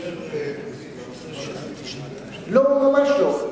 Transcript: זה בנושא, לא, ממש לא.